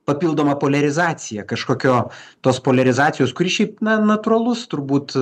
papildoma poliarizacija kažkokio tos poliarizacijos kuri šiaip na natūralus turbūt